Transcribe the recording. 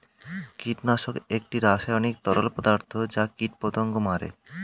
কীটনাশক একটি রাসায়নিক তরল পদার্থ যা কীটপতঙ্গ মারে